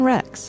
Rex